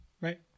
Right